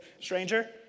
stranger